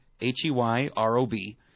H-E-Y-R-O-B